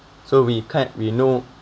so we can't we know